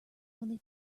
only